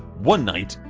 one night,